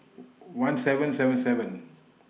one seven seven seven